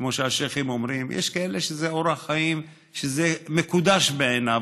כמו שהשייח'ים אומרים: יש כאלה שזה אורח חיים שלהם וזה מקודש בעיניהם.